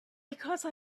because